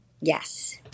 Yes